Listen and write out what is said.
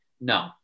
no